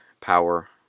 power